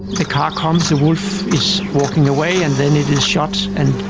the car comes, the wolf is walking away and then it is shot and